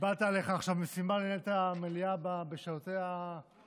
קיבלת עליך עכשיו משימה לנהל את המליאה בשעותיה הקריטיות.